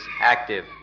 active